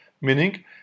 meaning